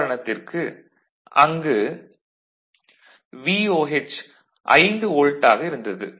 உதாரணமாக அங்கு VOH 5 வோல்ட்டாக இருந்தது